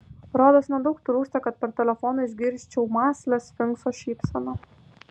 rodos nedaug trūksta kad per telefoną išgirsčiau mąslią sfinkso šypseną